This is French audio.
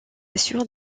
assure